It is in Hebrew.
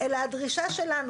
אלא הדרישה שלנו